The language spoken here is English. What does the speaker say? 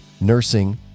nursing